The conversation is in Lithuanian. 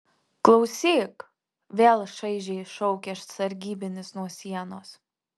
klausyk vėl šaižiai šaukia sargybinis nuo sienos